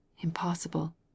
Impossible